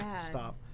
stop